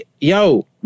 yo